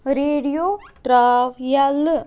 radio ترٛاو یلہٕ